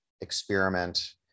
experiment